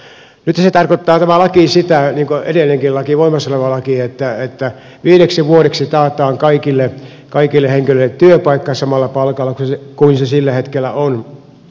nythän tämä laki tarkoittaa sitä niin kuin edellinenkin laki voimassa oleva laki että viideksi vuodeksi taataan kaikille henkilöille työpaikka samalla palkalla kuin mikä se sillä hetkellä on